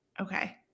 Okay